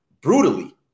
brutally